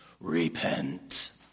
Repent